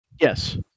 Yes